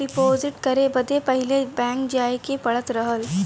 deposit करे बदे पहिले बैंक जाए के पड़त रहल